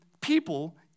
people